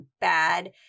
bad